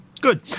Good